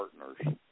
partners